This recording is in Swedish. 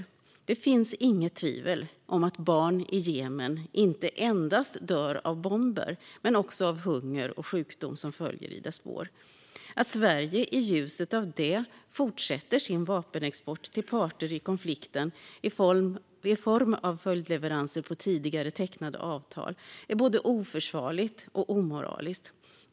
Det finns inget tvivel om att barn i Jemen inte endast dör av bomber men också av hunger och sjukdom som följer i dess spår. Att Sverige i ljuset av det fortsätter sin vapenexport till parter i konflikten i form av följdleveranser på tidigare tecknade avtal är både oförsvarligt och omoraliskt.